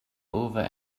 over